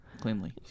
cleanly